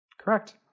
Correct